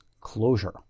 closure